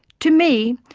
to me,